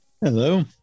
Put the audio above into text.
Hello